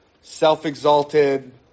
self-exalted